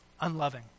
unloving